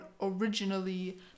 originally